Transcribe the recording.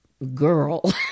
girl